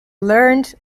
learned